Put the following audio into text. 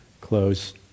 close